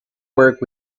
work